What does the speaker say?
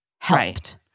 helped